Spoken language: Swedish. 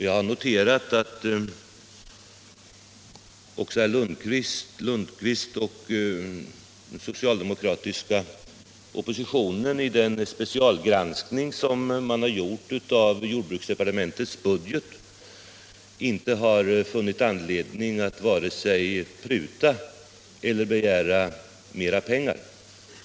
Jag har noterat att herr Lundkvist och den socialdemokratiska oppositionen vid sin specialgranskning av jordbruksdepartementets budget inte har funnit anledning att vare sig pruta eller begära mera pengar.